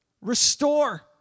restore